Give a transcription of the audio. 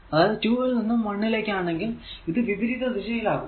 അതായതു 2 ൽ നിന്നും 1 ലേക്കാണെങ്കിൽ ഇത് വിപരീത ദിശയിൽ ആകും